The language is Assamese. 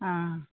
অঁ